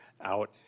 out